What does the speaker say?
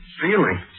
feeling